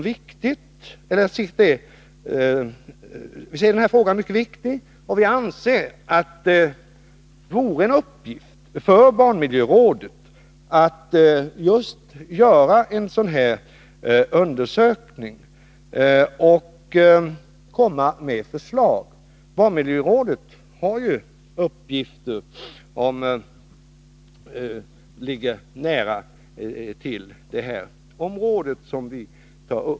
Viser den frågan som mycket viktig, och vi anser att det vore en uppgift för barnmiljörådet att just göra en sådan undersökning och komma med förslag. Barnmiljörådet har ju uppgifter som ligger nära detta.